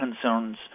concerns